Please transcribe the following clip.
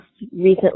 recently